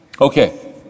Okay